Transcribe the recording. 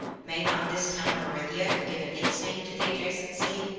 may not this town of erythia have given its name to the adjacent sea?